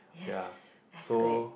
yes that's great